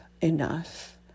enough